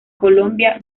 colombia